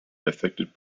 affected